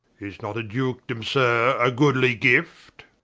is not a dukedome, sir, a goodly gift?